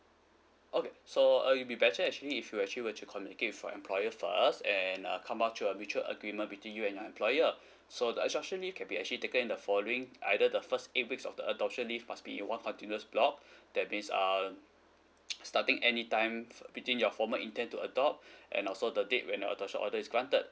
okay so uh it'll be better actually if you actually were to communicate with your employer first and uh come out to a mutual agreement between you and your employer so the adoption leave can be actually taken in the following either the first eight weeks of the adoption leave must be one continuous block that means um starting any time fo~ between your former intent to adopt and also the date when your adoption order is granted